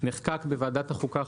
נחקק בוועדת החוקה,